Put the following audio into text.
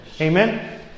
Amen